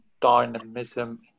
dynamism